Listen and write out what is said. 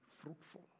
fruitful